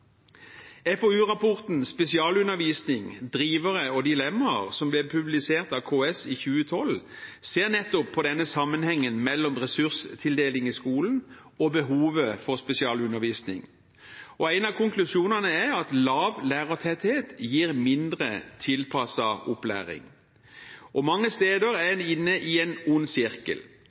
drivere og dilemma», som ble publisert av KS i 2012, ser nettopp på denne sammenhengen mellom ressurstildeling i skolen og behovet for spesialundervisning. En av konklusjonene er at lav lærertetthet gir mindre tilpasset opplæring. Mange steder er en inne i en ond sirkel.